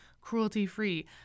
cruelty-free